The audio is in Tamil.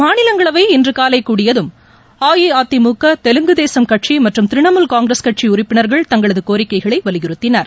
மாநிலங்களவை இன்று காலை கூடியதும் அஇஅதிமுக தெலுங்கு தேசம் கட்சி மற்றும் திரிணாமுல் காங்கிரஸ் கட்சி உறுப்பினர்கள் தங்களது கோரிக்கைகளை வலியுறுத்தினர்